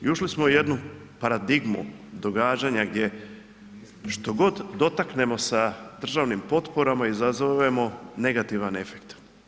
I ušli smo u jednu paradigmu događanja gdje što god dotaknemo sa državnim potporama izazovemo negativan efekt.